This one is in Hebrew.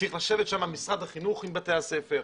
צריך לשבת שם משרד החינוך עם בתי הספר,